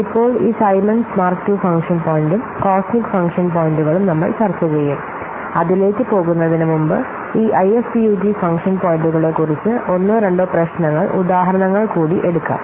ഇപ്പോൾ ഈ Symons Mark II function പോയിന്റും Symons Mark II function point cosmic function പോയിന്റുകളും നമ്മൾ ചർച്ച ചെയ്യും അതിലേക്ക് പോകുന്നതിനുമുമ്പ് ഈഐഎഫ്പിയുജി ഫംഗ്ഷൻ പോയിന്റുകളെ കുറിച്ച് ഒന്നോ രണ്ടോ പ്രശ്നങ്ങൾ ഉദാഹരണങ്ങൾ കൂടി എടുക്കാം